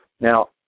Now